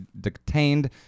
detained